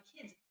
kids